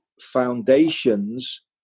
foundations